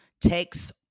takes